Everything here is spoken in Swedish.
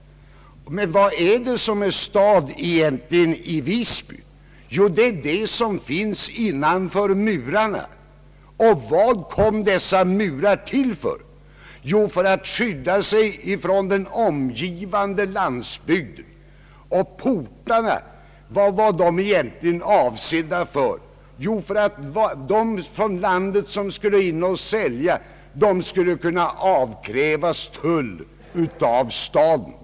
Men vad är stad egentligen i Visby? Jo, det som finns innanför murarna. Vad kom dessa murar till för? För att skydda staden för den omliggande landsbygden. Vad var portarna egentligen avsedda för? För att de från landet som skulle in och sälja skulle kunna avkrävas tull av staden.